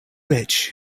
rich